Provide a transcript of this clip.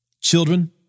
Children